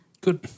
Good